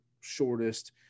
shortest